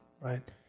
right